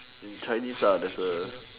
in Chinese ah there's a